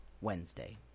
Wednesday